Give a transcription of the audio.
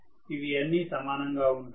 ఇవి అన్నీ సమానంగా ఉంటాయి